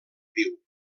viu